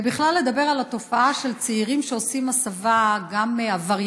ובכלל לדבר על התופעה של צעירים שעושים הסבה מעבריינות